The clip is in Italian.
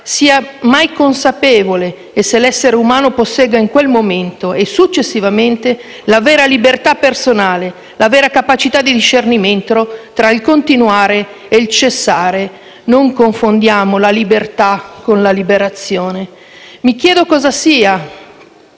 sia mai consapevole e se l'essere umano possegga, in quel momento e successivamente, la vera libertà personale, la vera capacità di discernimento tra il continuare e il cessare: non confondiamo la libertà con la liberazione. Mi chiedo cosa sia